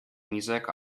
music